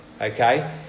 Okay